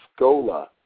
Scola